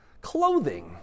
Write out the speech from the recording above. Clothing